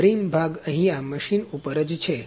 આ બ્રિમ ભાગ અહિયા મશીન ઉપર જ છે